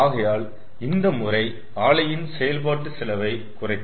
ஆகையால் இந்த முறை ஆலையின் செயல்பாட்டு செலவை குறைக்கும்